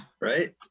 right